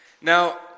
Now